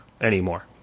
anymore